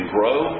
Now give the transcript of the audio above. grow